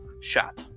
shot